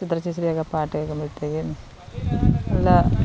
ചിത്ര ചേച്ചീടെയോക്കെ പാട്ട് കേൾക്കുമ്പോഴ്ത്തേക്കും ഉള്ള